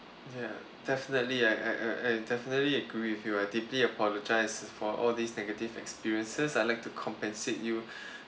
ya definitely I I I I definitely agree with you I deeply apologise for all these negative experiences I like to compensate you